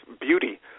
beauty